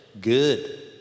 Good